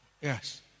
Yes